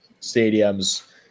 stadiums